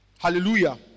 Hallelujah